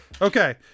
Okay